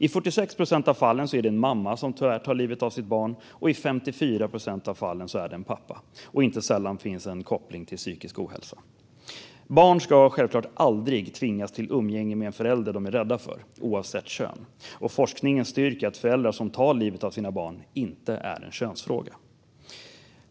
I 46 procent av fallen är det en mamma som tyvärr tar livet av sitt barn, och i 54 procent av fallen är det en pappa. Inte sällan finns det en koppling till psykisk ohälsa. Barn ska självklart aldrig tvingas till umgänge med en förälder som de är rädda för, oavsett kön. Forskningen styrker att föräldrar som tar livet av sina barn inte är en könsfråga.